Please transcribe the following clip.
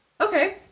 okay